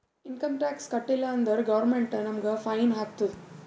income tax ಕಟ್ಟೀಲ ಅಂದುರ್ government ನಮುಗ್ ಫೈನ್ ಹಾಕ್ತುದ್